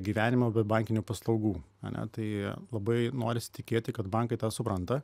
gyvenimo be bankinių paslaugų ane tai labai norisi tikėti kad bankai tą supranta